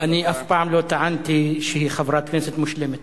אני אף פעם לא טענתי שהיא חברת כנסת מושלמת.